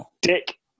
Dick